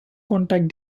contact